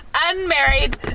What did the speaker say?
unmarried